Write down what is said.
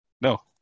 no